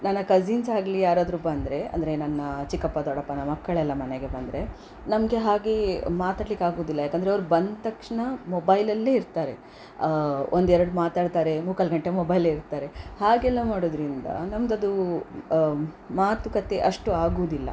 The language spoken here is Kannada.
ನನ್ನ ಕಸಿನ್ಸ್ ಆಗ್ಲಿ ಯಾರಾದರೂ ಬಂದರೆ ಅಂದರೆ ನನ್ನ ಚಿಕ್ಕಪ್ಪ ದೊಡ್ಡಪ್ಪನ ಮಕ್ಕಳೆಲ್ಲ ಮನೆಗೆ ಬಂದರೆ ನಮಗೆ ಹಾಗೆ ಮಾತಾಡ್ಲಿಕ್ಕೆ ಆಗುವುದಿಲ್ಲ ಯಾಕೆಂದರೆ ಅವ್ರು ಬಂದ ತಕ್ಷಣ ಮೊಬೈಲಲ್ಲೇ ಇರ್ತಾರೆ ಒಂದು ಎರಡು ಮಾತಾಡ್ತಾರೆ ಮುಕ್ಕಾಲು ಗಂಟೆ ಮೊಬೈಲೇ ಇರ್ತಾರೆ ಹಾಗೆಲ್ಲ ಮಾಡೋದರಿಂದ ನಮ್ದು ಅದು ಮಾತುಕತೆ ಅಷ್ಟು ಆಗುವುದಿಲ್ಲ